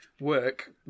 work